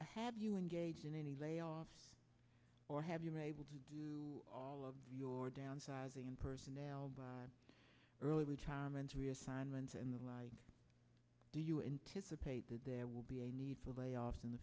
have you engaged in any layoffs or have you mabel to do all of your downsizing in personnel by early retirements reassignment and the like do you anticipate that there will be a need to layoff in the